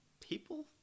people